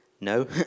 No